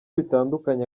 bitandukanye